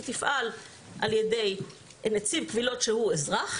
היא תפעל על ידי נציב קבילות שהוא אזרח,